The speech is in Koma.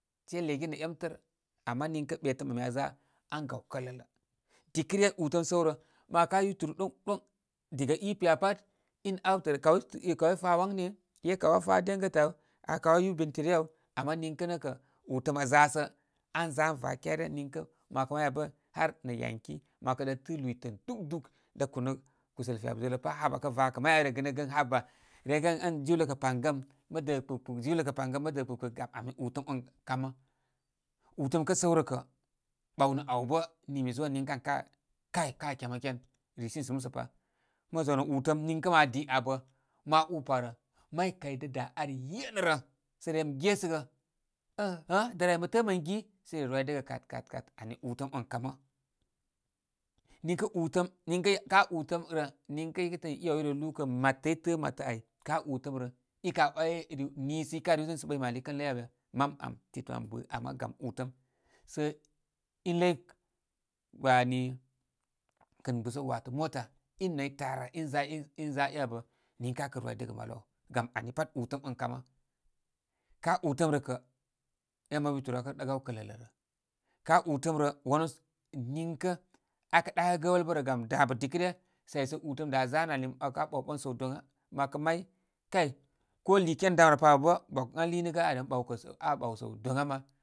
Se legini nə memtər. Ama niŋkakturn ɓetəm ami aa za an gaw kələlə. Diləryə utəm səw rə' mə wakə aa guturu ɗoŋdoŋ diga i piya pat in awtə rə kaw ta waŋne, e kaw aafa dəŋətə kaw aa yu benterey aw. Ama iŋkə' nə' kə utəm aa za sə, an ga an va kyarere. Niŋkə mə wakə may piya har nə yanki, la wakə da tɨ lytən dugdug, da' kunə kusəl fyap zulə pa. Haba, kə va kə' maya bə re gɨnəgə ən haba, regɨnəgə rengə ədiwlə kə paŋgəm, mə də kpukpuk, jiwlə kə paŋgəm mə də' kpūkpūk ami ūtəm on kamə. Utəm kə səw rə kə, bawnə an bə nii mi zo nə niŋkə an kə' a kay kā kemken resini sə musə pa. Mo zo nə itəm niŋkə ma di abə ma u pwarə, may da' da' ar ye' nə, rə sə rem gesəgə ən ghə dər ay mə təə mən gi? Sə i re rwidəgə ka't ka't ka't, ani ūtəm on kamə. Niŋkə utəm, niŋkə ka utəm rə, ninŋkə mə, i tə'ə' matə ay, ka ūtəm rə i ka' 'way rim niisə i ka' riwdənə sə' ɓəyma al i kən ləy abə ya? Man ām ditəm, ama gam ū təm sə i lə wani kɨn gusə wato mota i noy tāra in za inza e abə. Niŋkə abə rwidəgə malu āw gam ani pat ūtəm on kamə. ka utəm rə kə' en mabu yuturu akə' ga'w kələlə rə. Ka' ūtəm tə wanu niŋkə akə ɗakə, gəbəl bə gam dabə da' dikəryə sai sə utəm dda' zanə rə ali mə wakə aa ɓawɓan səw doŋa. Mə 'wakə may, kay, ko lii ti e dam rə pa awbə ba ko ən a liinəgə aaren ɓawkə aa ɓaw səw dogama.